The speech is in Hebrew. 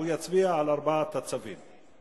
יצביע על ארבעת הצווים: